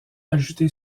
ajouté